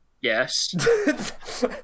yes